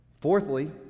Fourthly